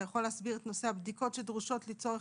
האם אתה יכול להסביר את נושא הבדיקות שדרושות לצורך